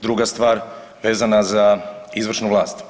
Druga stvar vezana za izvršnu vlast.